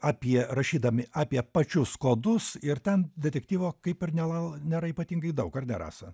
apie rašydami apie pačius kodus ir ten detektyvo kaip ir nela nėra ypatingai daug ar ne rasa